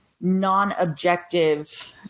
non-objective